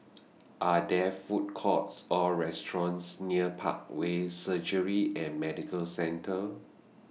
Are There Food Courts Or restaurants near Parkway Surgery and Medical Centre